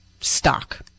stock